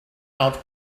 out